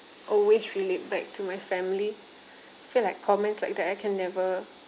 always relate back to my family feel like comments like that I can never